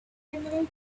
emerald